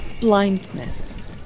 Blindness